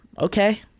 okay